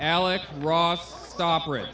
alex ross operat